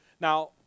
Now